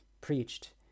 preached